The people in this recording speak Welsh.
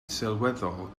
sylweddol